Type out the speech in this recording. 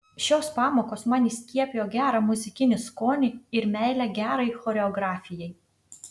šios pamokos man įskiepijo gerą muzikinį skonį ir meilę gerai choreografijai